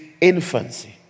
infancy